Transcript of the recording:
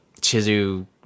chizu